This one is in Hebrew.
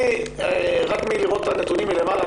רק מראיית הנתונים מלמעלה,